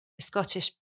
Scottish